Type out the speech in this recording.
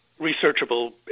researchable